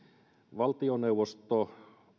valtioneuvosto